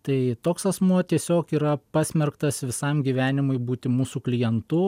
tai toks asmuo tiesiog yra pasmerktas visam gyvenimui būti mūsų klientu